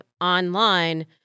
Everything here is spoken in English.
online